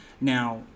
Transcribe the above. Now